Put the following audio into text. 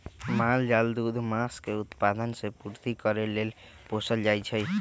माल जाल दूध, मास के उत्पादन से पूर्ति करे लेल पोसल जाइ छइ